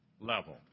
level